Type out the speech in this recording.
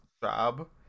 job